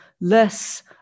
less